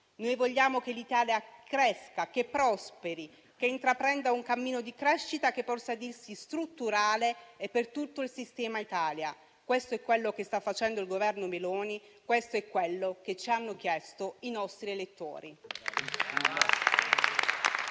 Noi vogliamo che l'Italia cresca, che prosperi, che intraprenda un cammino di crescita che possa dirsi strutturale e per tutto il sistema Italia. Questo è quello che sta facendo il Governo Meloni. Questo è quello che ci hanno chiesto i nostri elettori.